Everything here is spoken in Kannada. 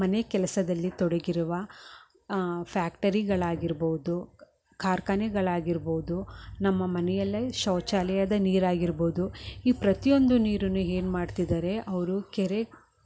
ಮನೆ ಕೆಲಸದಲ್ಲಿ ತೊಡಗಿರುವ ಫ್ಯಾಕ್ಟರಿಗಾಳಗಿರ್ಬೋದು ಕಾರ್ಖಾನೆಗಳಾಗಿರ್ಬೋದು ನಮ್ಮ ಮನೆಯಲ್ಲೇ ಶೌಚಾಲಯದ ನೀರು ಆಗಿರ್ಬೋದು ಈ ಪ್ರತಿಯೊಂದು ನೀರನ್ನು ಏನು ಮಾಡ್ತಿದ್ದಾರೆ ಅವರು ಕೆರೆ ಕಟ್ಟೆ